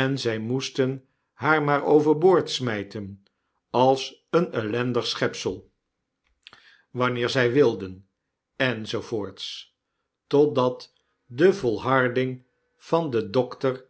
en zy moesten haar maaroverboord smijten als een ellendig schepsel wanneer zij wilden enz totdat de volharding van den dokter